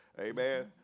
Amen